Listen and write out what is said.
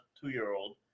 two-year-old